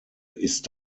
ist